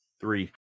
Three